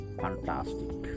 fantastic